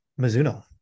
Mizuno